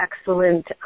excellent